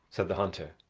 said the hunter